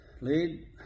lead